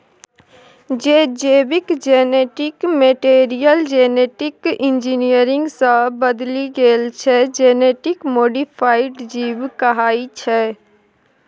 जे जीबक genetic material genetic engineering सँ बदलि गेल छै जेनेटिक मोडीफाइड जीब कहाइ छै